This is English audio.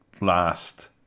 Last